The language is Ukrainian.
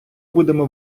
будемо